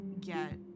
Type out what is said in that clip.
get